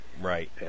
Right